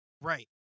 Right